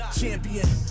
champion